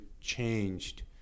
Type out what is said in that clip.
changed